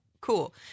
cool